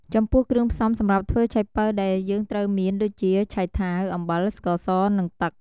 ចំពោះគ្រឿងផ្សំសម្រាប់ធ្វើឆៃប៉ូវដែលយេីងត្រូវមានដូចជា ឆៃថាវ អំបិល ស្ករស និង ទឹក។